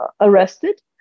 arrested